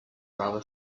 rather